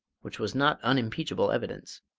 which was not unimpeachable evidence.